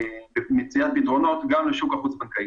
במציאת פתרונות גם לשוק החוץ בנקאי.